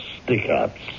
stick-ups